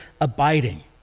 abiding